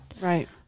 Right